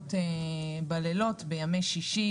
רכבות בלילות, בימי שישי